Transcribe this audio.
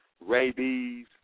rabies